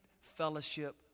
fellowship